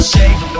Shake